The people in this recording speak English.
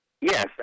Yes